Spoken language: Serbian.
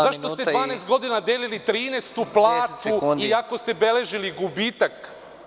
Zašto ste 12 godina delili trinaestu platu, iako ste beležili gubitak?